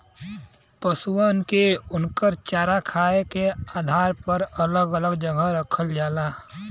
पसुओ को उनके चारा खाए के आधार पर अलग अलग जगह रखल जाला